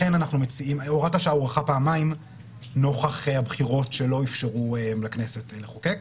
הוראת השעה הוארכה פעמיים נוכח הבחירות שלא איפשרו לכנסת לחוקק.